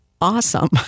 Awesome